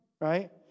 right